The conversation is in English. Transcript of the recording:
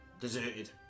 Deserted